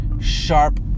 sharp